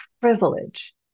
privilege